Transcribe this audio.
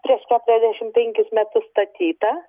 prieš keturiasdešim penkis metus statytą